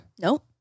Nope